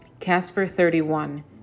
Casper31